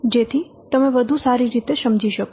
આપણે થોડા ઉદાહરણો લઈશું જેથી તમે વધુ રીતે સારી સમજી શકો